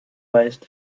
weist